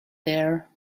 there